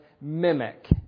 mimic